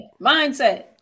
Mindset